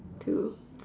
too